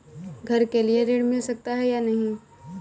घर के लिए ऋण मिल सकता है या नहीं?